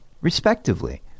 respectively